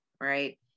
right